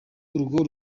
urwo